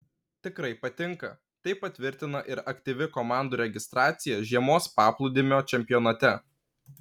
tikrai patinka tai patvirtina ir aktyvi komandų registracija žiemos paplūdimio čempionate